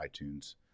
iTunes